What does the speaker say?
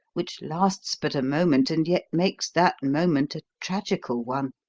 which lasts but a moment and yet makes that moment a tragical one.